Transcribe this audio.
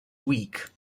weak